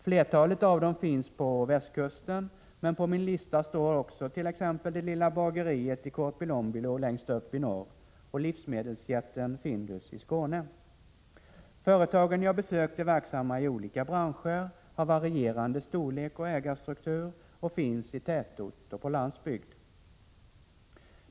Flertalet av dem finns på västkusten, men på min lista står också t.ex. det lilla bageriet i Korpilombolo längst upp i norr och livsmedelsjätten Findus i Skåne. Företagen jag besökt är verksamma i olika branscher, har varierande storlek och ägarstruktur och finns i tätort och på landsbygd.